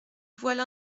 voilà